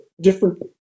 different